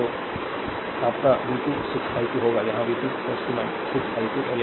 तो your v 2 6 i2 होगा यहां v 2 6 i2 है